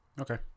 Okay